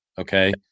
Okay